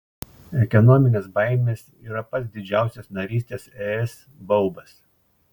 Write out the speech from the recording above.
ekonominės baimės yra pats didžiausias narystės es baubas